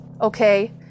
okay